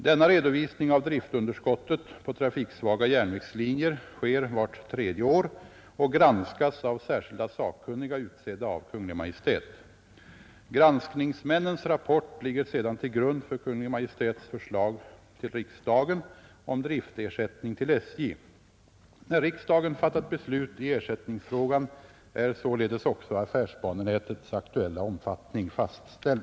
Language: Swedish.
Denna redovisning av driftunderskottet på trafiksvaga järnvägslinjer sker vart tredje år och granskas av särskilda sakkunniga utsedda av Kungl. Maj:t. Granskningsmännens rapport ligger sedan till grund för Kungl. Maj:ts förslag till riksdagen om driftersättning till SJ. När riksdagen fattat beslut i ersättningsfrågan är således också affärsbanenätets aktuella omfattning fastställd.